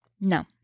no